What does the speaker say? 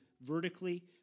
vertically